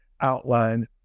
outline